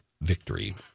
victory